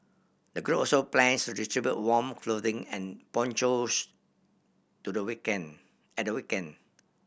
the group also plans to distribute warm clothing and ponchos to the weekend at the weekend